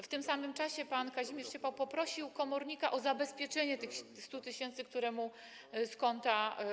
W tym samym czasie pan Kazimierz Ciepał poprosił komornika o zabezpieczenie tych 100 tys., które ten zabrał mu z konta.